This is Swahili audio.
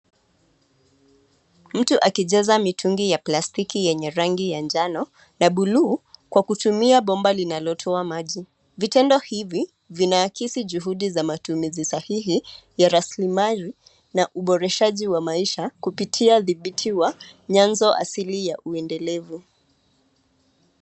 Mtu akijaza mitungi ya plastiki yenye rangi ya njano na bluu, kwa kutumia bomba linalotoa maji. Vitendo hivi vinayakisi juhudi za matumizi sahihi ya rasilimali na uboreshaji wa maisha kupitia dhibiti wa nyazo asili ya uendelevu.